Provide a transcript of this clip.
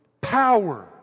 power